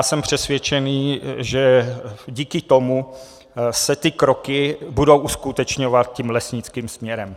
Jsem přesvědčen, že díky tomu se kroky budou uskutečňovat lesnickým směrem.